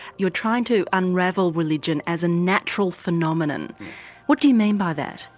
you're trying to unravel religion as a natural phenomenon what do you mean by that?